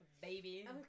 Baby